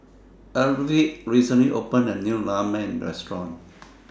Arvid recently opened A New Ramen Restaurant